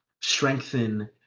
strengthen